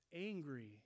angry